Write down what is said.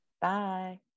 bye